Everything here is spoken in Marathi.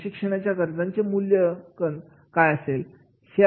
प्रशिक्षणाच्या गरजांचे मूल्यांकन काय असेल